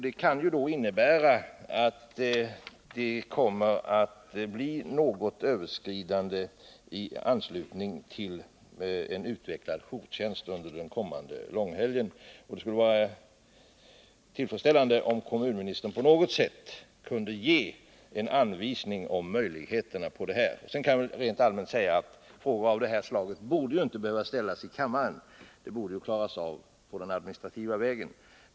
Det kan innebära att det kommer att bli något överskridande i anslutning till en utvecklad jourtjänst under den kommande långhelgen. Det skulle vara tillfredsställande om kommunministern på något sätt kunde ge en anvisning om möjligheterna till detta. Sedan kan jag rent allmänt säga att frågor av detta slag inte borde behöva ställas i kammaren, de borde klaras av på den administrativa vägen.